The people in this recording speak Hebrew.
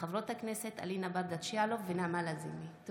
חברות הכנסת אלינה ברדץ' יאלוב ונעמה לזימי בנושא: סחיטה